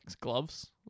gloves